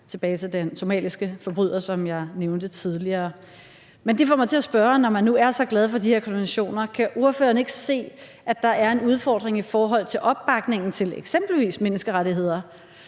tilbage til den somaliske forbryder, som jeg nævnte tidligere. Men det får mig til at spørge, når man nu er så glad for de her konventioner, om ordføreren ikke kan se, at der er en udfordring i forhold til opbakningen til eksempelvis menneskerettigheder,